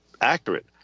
accurate